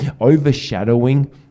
overshadowing